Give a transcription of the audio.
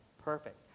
perfect